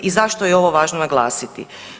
I zašto je ovo važno naglasiti?